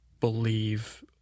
believe